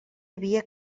havia